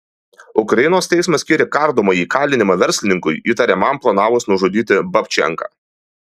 ukrainos teismas skyrė kardomąjį kalinimą verslininkui įtariamam planavus nužudyti babčenką